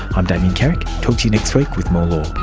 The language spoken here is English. i'm damien carrick, talk to you next week with more